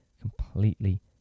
Completely